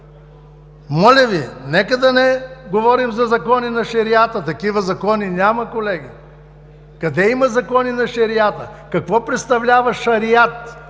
Моля Ви, нека да не говорим за закони на Шериата! Такива закони няма, колеги! Къде има закони на Шериата? Какво представлява „Шериат“?